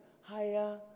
higher